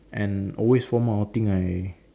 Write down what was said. and always formal outing I